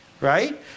right